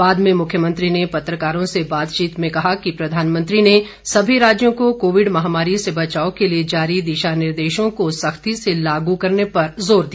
बाद में मुख्यमंत्री ने पत्रकारों से बातचीत में कहा कि प्रधानमंत्री ने सभी राज्यों को कोविड महामारी से बचाव के लिए जारी दिशा निर्देशों को सख्ती से लागू करने पर जोर दिया